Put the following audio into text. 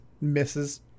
misses